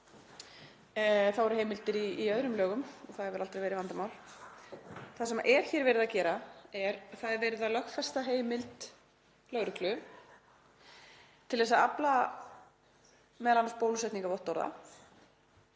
eru heimildir í öðrum lögum og það hefur aldrei verið vandamál. Það sem er hér verið að gera er að verið er að lögfesta heimild lögreglu til þess að afla m.a. bólusetningarvottorða,